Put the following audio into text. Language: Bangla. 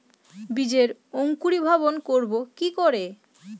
বীজের অঙ্কুরিভবন করব কি করে?